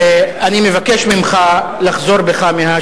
אני מבקש ממך לחזור בך מההאשמה,